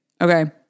okay